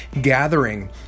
gathering